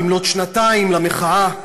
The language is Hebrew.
במלאות שנתיים למחאה.